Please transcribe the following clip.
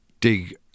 dig